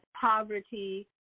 poverty